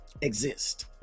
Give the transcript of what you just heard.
Exist